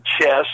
chest